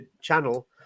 channel